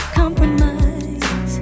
compromise